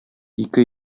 ике